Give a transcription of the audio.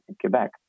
Quebec